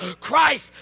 Christ